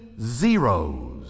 zeros